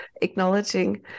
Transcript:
acknowledging